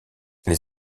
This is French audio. les